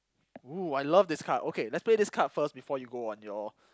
!woo! I love this card okay let's play this card first before you go on your